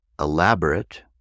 elaborate